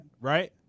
right